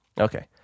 Okay